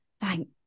thank